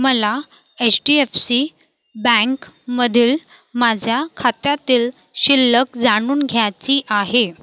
मला H D F C बँकमधील माझ्या खात्यातील शिल्लक जाणून घ्यायची आहे